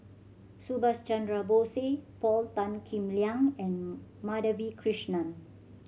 Subhas Chandra Bose Paul Tan Kim Liang and Madhavi Krishnan